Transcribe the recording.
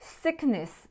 sickness